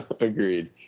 Agreed